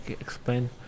explain